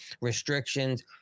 restrictions